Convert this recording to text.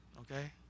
okay